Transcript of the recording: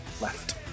left